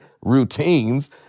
routines